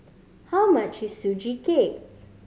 how much is Sugee Cake